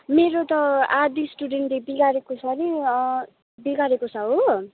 मेरो त आधा स्टुडेन्टले बिगारेको छ नि बिगारेको छ हो